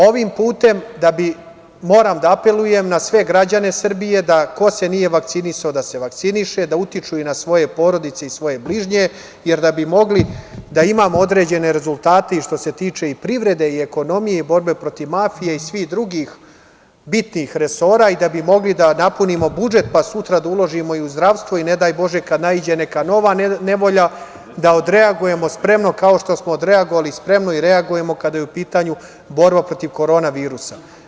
Ovim putem, moram da apelujem na sve građane Srbije, da ko se nije vakcinisao da se vakciniše, da utiču i na svoje porodice i na svoje bližnje, jer da bi mogli da imamo određene rezultate i što se tiče i privrede i ekonomije i borbe protiv mafije i svih drugih bitnih resora i da bi mogli da napunimo budžet, pa sutra da uložimo i u zdravstvo, i ne daj bože kad naiđe neka nova nevolja da odreagujemo spremno kao što smo odreagovali spremno i reagujemo kada je u pitanju borba protiv korona virusa.